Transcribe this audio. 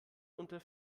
unter